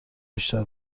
بیشتر